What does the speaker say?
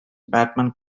batman